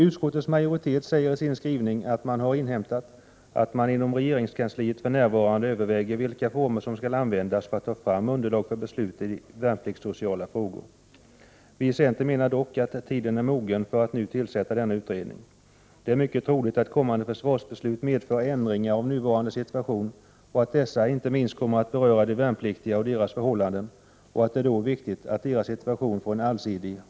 Utskottets majoritet säger i sin skrivning att utskottet har inhämtat att man inom regeringskansliet för närvarande överväger vilka former som skall användas för att ta fram underlag för beslut i värnpliktssociala frågor. Vi i centern menar dock att tiden är mogen för att nu tillsätta en utredning. Det är mycket troligt att kommande försvarsbeslut medför ändringar av nuvarande situation och att dessa inte minst kommer att beröra de värnpliktiga och deras Prot. 1988/89:121 förhållanden.